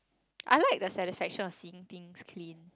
I like the satisfaction of seeing things clean